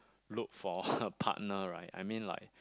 look for a partner right I mean like